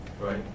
Right